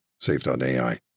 Safe.ai